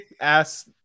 ask